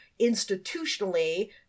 institutionally